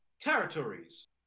territories